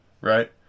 right